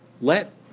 Let